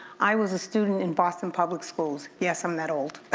i was a student in boston public schools. yes, i'm that old